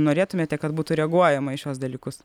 norėtumėte kad būtų reaguojama į šiuos dalykus